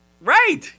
Right